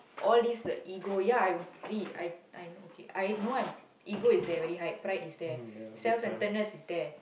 all this the ego ya I agree I I know okay I know I'm ego is there very high pride is there self-centrednes is there